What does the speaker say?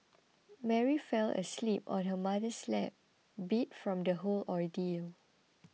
Mary fell asleep on her mother's lap beat from the whole ordeal